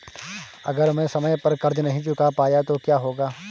अगर मैं समय पर कर्ज़ नहीं चुका पाया तो क्या होगा?